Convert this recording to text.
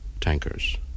tankers